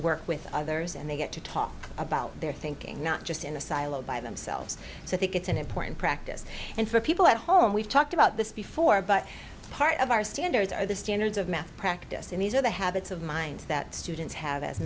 work with others and they get to talk about their thinking not just in a silo by themselves so i think it's an important practice and for people at home we've talked about this before but part of our standards are the standards of math practice and these are the habits of mind that students have as